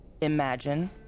imagine